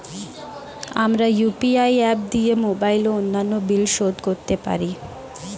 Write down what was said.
আমরা UPI app দিয়ে mobile ও অন্যান্য বিল শোধ করতে পারি